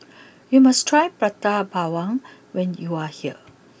you must try Prata Bawang when you are here